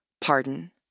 pardon